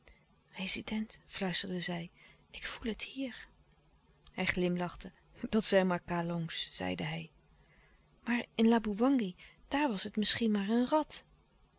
rezident fluisterde zij ik voel het hier hij glimlachte dat zijn maar kalongs zeide hij maar in laboewangi daar was het misschien maar een rat